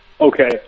Okay